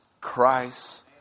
Christ